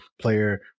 player